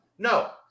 No